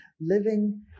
living